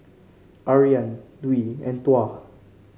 Aryan Dwi and Tuah